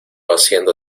haciendo